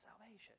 salvation